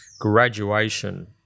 Graduation